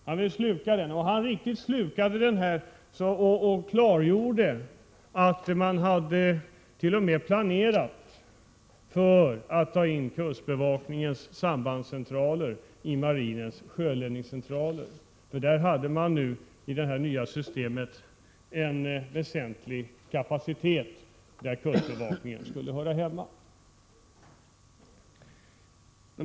Han gav intryck av att riktigt vilja sluka den och klargjorde att man t .o. m. hade planerat för att ta in kustbevakningens sambandscentraler i marinens sjöledningscentraler. Där fanns, i det nya systemet, en väsentlig kapacitet, och kustbevakningen borde höra hemma i det systemet.